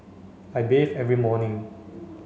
I bathe every morning